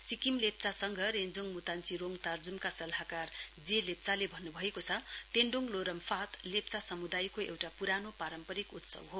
सिक्किम लेप्चा संघ रेञ्जोङ मुतान्ची रोड तार्जोङ सल्लाहकार जे लेप्चाले भन्नुभएको छ तेन्डोङ ल्हो रम् फात लेप्चा समुदायको एउटा पुरानो पारम्परिक उत्सव हो